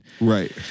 Right